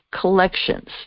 collections